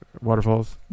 waterfalls